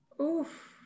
oof